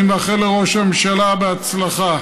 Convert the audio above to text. אני מאחל לראש הממשלה הצלחה.